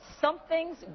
something's